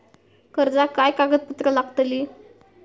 कर्जाक काय कागदपत्र लागतली?